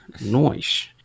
Noise